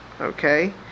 Okay